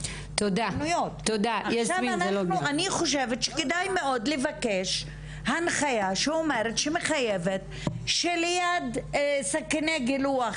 כדאי מאוד לבקש הנחיה שמחייבת שליד סכיני גילוח